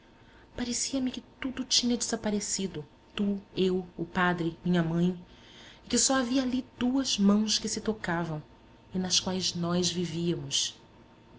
mim parecia-me que tudo tinha desaparecido tu eu o padre minha mãe e que só havia ali duas mãos que se tocavam e nas quais nós vivíamos